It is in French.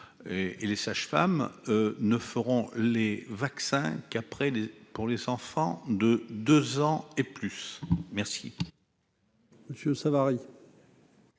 et les sages-femmes ne feront les vaccins qu'après les, pour les enfants de 2 ans et plus, merci.